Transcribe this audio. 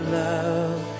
love